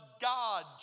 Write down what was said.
God